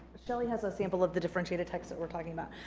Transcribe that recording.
shelly has a sample of the differentiated texts that we're talking about.